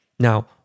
Now